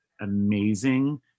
amazing